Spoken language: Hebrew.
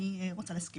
נתתי